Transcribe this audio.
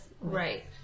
right